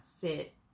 fit